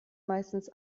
meistens